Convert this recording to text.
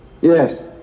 Yes